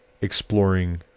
exploring